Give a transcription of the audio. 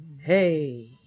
Hey